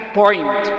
point